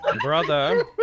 brother